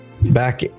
Back